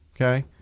Okay